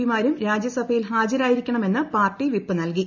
P മാരും രാജ്യസഭയിൽ ഹാജരായിരിക്കണം എന്ന് പാർട്ടി വിപ്പ് നൽകി